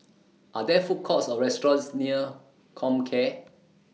Are There Food Courts Or restaurants near Comcare